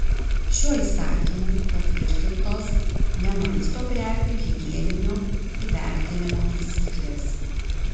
šiuo įsakymu patvirtintos ne maisto prekių higieninio įvertinimo taisyklės